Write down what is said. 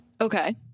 Okay